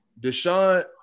Deshaun